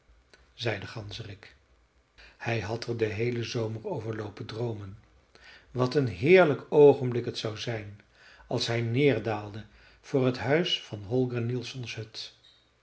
zei de ganzerik hij had er den heelen zomer over loopen droomen wat een heerlijk oogenblik het zou zijn als hij neerdaalde voor t huis van holger nielssons hut